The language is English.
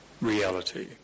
reality